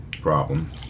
problem